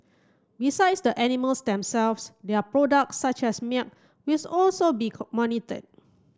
besides the animals themselves their products such as with also be monitor